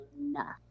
enough